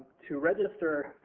to register